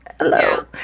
Hello